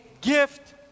gift